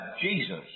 Jesus